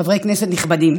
חברי כנסת נכבדים,